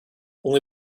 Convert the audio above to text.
only